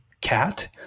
cat